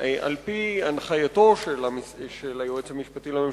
על-פי הנחייתו של היועץ המשפטי לממשלה,